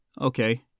Okay